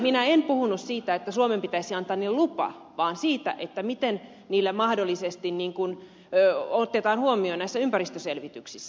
minä en puhunut siitä että suomen pitäisi antaa niihin lupa vaan siitä miten ne mahdollisesti otetaan huomioon näissä ympäristöselvityksissä